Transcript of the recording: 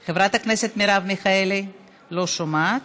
לא שומעת,